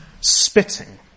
spitting